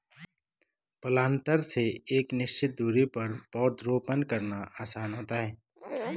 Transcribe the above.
planter से एक निश्चित दुरी पर पौधरोपण करना आसान होता है